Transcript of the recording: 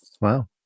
Wow